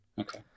okay